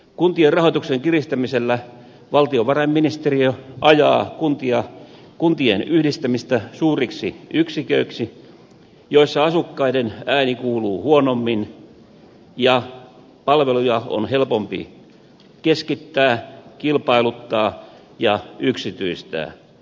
kuntien rahoituksen kiristämisellä valtiovarainministeriö ajaa kuntien yhdistämistä suuriksi yksiköiksi joissa asukkaiden ääni kuuluu huonommin ja palveluja on helpompi keskittää kilpailuttaa ja yksityistää